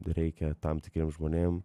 reikia tam tikriem žmonėm